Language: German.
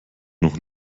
noch